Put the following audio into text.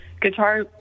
guitar